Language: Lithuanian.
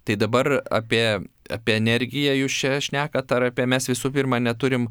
tai dabar apie apie energiją jūs čia šnekat ar apie mes visų pirma neturim